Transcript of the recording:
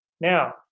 Now